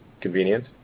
convenient